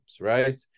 right